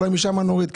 אולי משם נוריד,